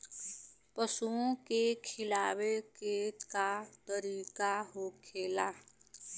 पशुओं के खिलावे के का तरीका होखेला?